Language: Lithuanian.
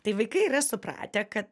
tai vaikai yra supratę kad